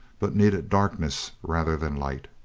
but needed darkness rather than light.